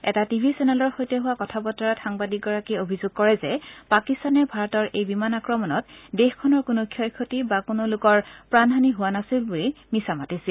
এটা T V চেনেলৰ সৈতে হোৱা কথা বতৰাত সাংবাদিকগৰাকীয়ে অভিযোগ কৰে যে পাকিস্তানে ভাৰতৰ এই বিমান আক্ৰমণত দেশখনৰ কোনো ক্ষয় ক্ষতি বা কোনো লোকৰ প্ৰাণহানি হোৱা নাছিল বুলি মিছা মাতিছিল